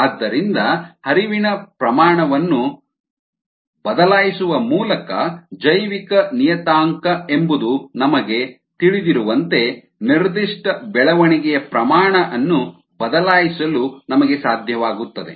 ಆದ್ದರಿಂದ ಹರಿವಿನ ಪ್ರಮಾಣವನ್ನು ಬದಲಾಯಿಸುವ ಮೂಲಕ ಜೈವಿಕ ನಿಯತಾಂಕ ಎಂಬುದು ನಿಮಗೆ ತಿಳಿದಿರುವಂತೆ ನಿರ್ದಿಷ್ಟ ಬೆಳವಣಿಗೆಯ ಪ್ರಮಾಣ ಅನ್ನು ಬದಲಾಯಿಸಲು ನಮಗೆ ಸಾಧ್ಯವಾಗುತ್ತದೆ